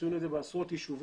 עשינו את זה בעשרות ישובים.